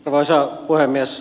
arvoisa puhemies